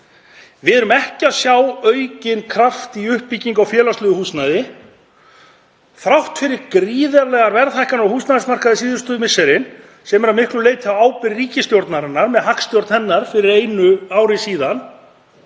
Við sjáum ekki aukinn kraft í uppbyggingu á félagslegu húsnæði þrátt fyrir gríðarlegar verðhækkanir á húsnæðismarkaði síðustu misserin sem er að miklu leyti á ábyrgð ríkisstjórnarinnar með hagstjórn hennar fyrir einu ári síðan